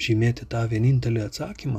žymėti tą vienintelį atsakymą